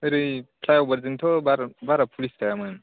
ओरै फ्लाइअभार थिंथ' बारा प'लिस थायामोन